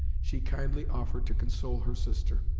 she kindly offered to console her sister.